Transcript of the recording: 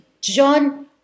John